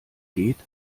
geht